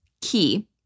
key